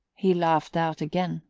he laughed out again,